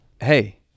hey